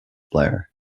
blair